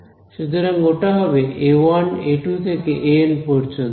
সুতরাং ওটা হবে a1 a2 থেকে an পর্যন্ত